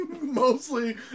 Mostly